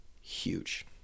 huge